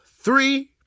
three